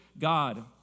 God